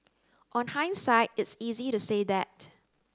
on hindsight it's easy to say that